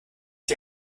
die